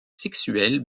sexuelles